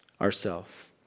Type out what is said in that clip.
ourself